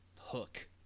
hook